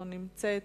לא נמצאת,